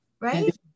right